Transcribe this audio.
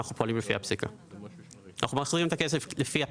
ואנחנו מחזירים את הכסף לפי הפסיקה.